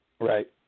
Right